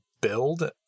build